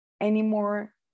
anymore